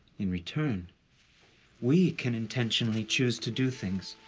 in return we can intentionally choose to do things